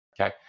Okay